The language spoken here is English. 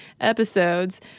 episodes